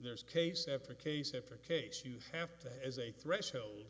there's case after case after case you have to as a threshold